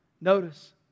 Notice